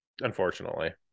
unfortunately